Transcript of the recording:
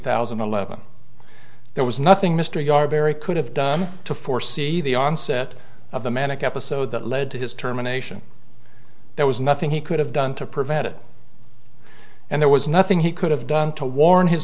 thousand and eleven there was nothing mr yard very could have done to foresee the onset of the manic episode that led to his terminations there was nothing he could have done to prevent it and there was nothing he could have done to warn his